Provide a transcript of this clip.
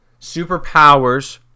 superpowers